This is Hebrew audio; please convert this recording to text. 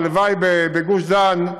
הלוואי בגוש-דן,